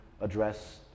address